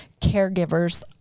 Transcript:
caregivers